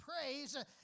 praise